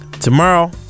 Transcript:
Tomorrow